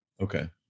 okay